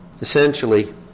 Essentially